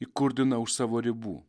įkurdina už savo ribų